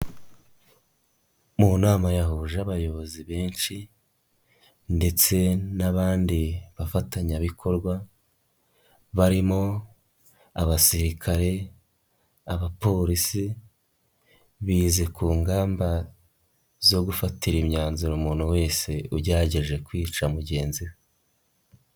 Mu nama yahuje abayobozi benshi ndetse n'abandi bafatanyabikorwa, barimo abasirikare, abapolisi, bize ku ngamba zo gufatira imyanzuro umuntu wese ugerageje kwica mugenzi we.